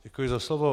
Děkuji za slovo.